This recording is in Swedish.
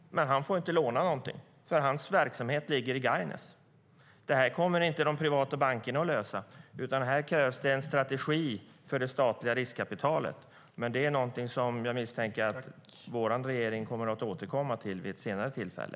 Men han får inte låna något, för hans verksamhet ligger i Gargnäs. Detta kommer inte de privata bankerna att lösa, utan här krävs det en strategi för det statliga riskkapitalet. Detta är dock något som jag misstänker att vår regering kommer att återkomma till vid ett senare tillfälle.